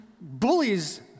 bullies